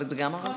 אבל זה גם ערבים.